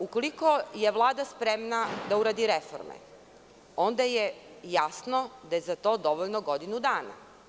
Ukoliko je Vlada spremna da uradi reforme onda je jasno da je za to dovoljno godinu dana.